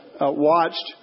watched